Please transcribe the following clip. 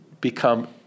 become